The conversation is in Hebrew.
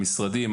עם המשרדים,